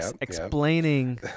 explaining